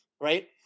right